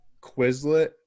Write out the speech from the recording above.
Quizlet